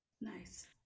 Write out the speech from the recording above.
nice